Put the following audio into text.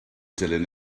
dilyn